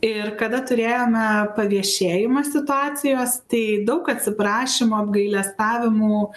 ir kada turėjome paviešėjimą situacijos tai daug atsiprašymų apgailestavimų